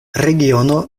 regiono